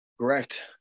correct